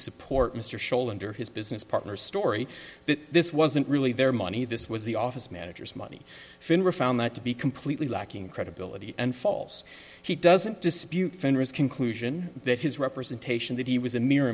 support mr shoulder under his business partner story that this wasn't really their money this was the office managers money finra found that to be completely lacking credibility and falls he doesn't dispute fenriz conclusion that his representation that he was a m